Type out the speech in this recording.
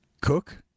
cook